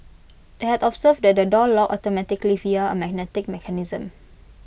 they had observed that the door locked automatically via A magnetic mechanism